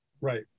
Right